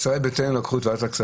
ישראל ביתנו לקחו את ועדת הכספים.